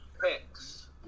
picks